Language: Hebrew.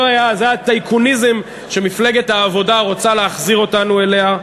זה הטייקוניזם שמפלגת העבודה רוצה להחזיר אותנו אליו.